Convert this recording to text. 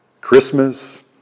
Christmas